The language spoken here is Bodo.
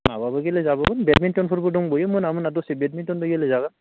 माबाबो गेलेजाबोगोन बेटमिनटनफोरबो दंबायो मोना मोना दसे बेटमिन्टनबो गेलेजागोन